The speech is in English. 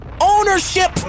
Ownership